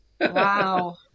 Wow